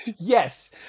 Yes